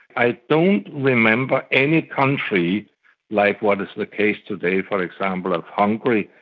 i don't remember any country like what is the case today for example of hungary,